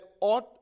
Ought